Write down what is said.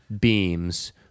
beams